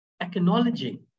acknowledging